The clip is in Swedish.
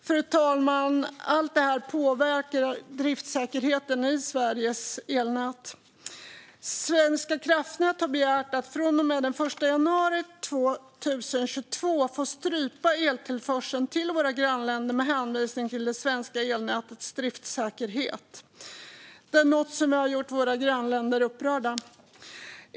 Fru talman! Allt detta påverkar driftsäkerheten i Sveriges elnät. Svenska kraftnät har begärt att från och med den 1 januari 2022 få strypa eltillförseln till våra grannländer med hänvisning till det svenska elnätets driftssäkerhet. Det är något som har gjort våra grannländer upprörda.